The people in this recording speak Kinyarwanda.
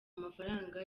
amafaranga